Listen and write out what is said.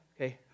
Okay